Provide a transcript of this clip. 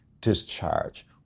discharge